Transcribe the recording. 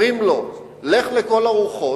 אומרים לו "לך לכל הרוחות",